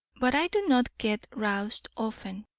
but i do not get roused often,